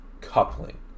coupling